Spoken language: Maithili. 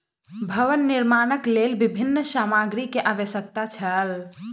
भवन निर्माणक लेल विभिन्न सामग्री के आवश्यकता छल